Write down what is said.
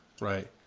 Right